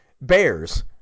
bears